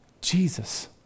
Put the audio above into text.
Jesus